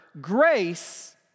grace